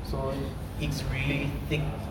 so it's really thick